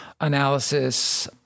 analysis